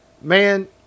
man